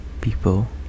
people